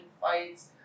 fights